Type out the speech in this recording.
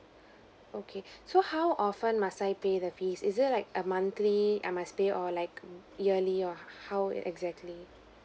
okay so how often must I pay the fees is it like a monthly I must pay or like yearly or how it exactly